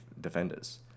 defenders